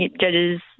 judges